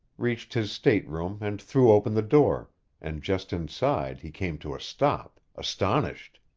reached his stateroom and threw open the door and just inside, he came to a stop, astonished.